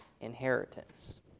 inheritance